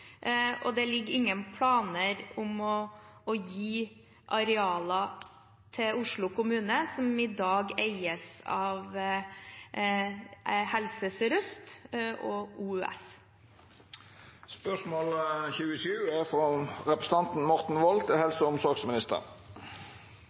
Det ligger ingen planer om å gi arealer som i dag eies av Helse Sør-Øst og OUS, til Oslo kommune. «Motoren for et marked med vekst og arbeidsplasser er